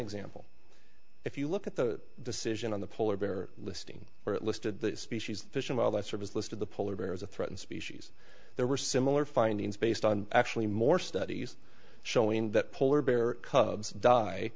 example if you look at the decision on the polar bear listing where it listed the species the fish and wildlife service listed the polar bear as a threatened species there were similar findings based on actually more studies showing that polar bear cubs die